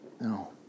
no